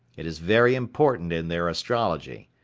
it is very important in their astrology.